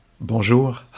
Bonjour